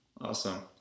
Awesome